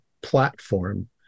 platform